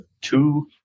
two